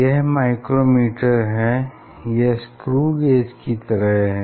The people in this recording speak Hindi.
यह माइक्रोमीटर है यह स्क्रूगेज की तरह है